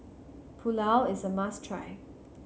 pulao is a must try